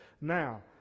Now